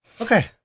Okay